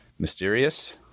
Mysterious